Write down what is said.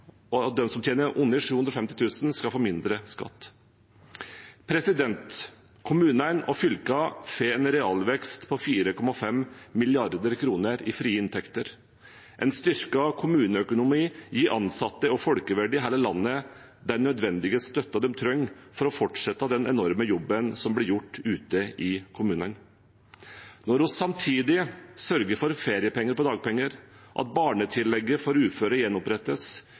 Kommunene og fylkene får en realvekst på 4,5 mrd. kr i frie inntekter. En styrket kommuneøkonomi gir ansatte og folkevalgte i hele landet den nødvendige støtten de trenger for å fortsette den enorme jobben som blir gjort ute i kommunene. Når vi samtidig sørger for feriepenger på dagpenger, gjenoppretter barnetillegget for uføre,